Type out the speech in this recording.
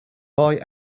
boy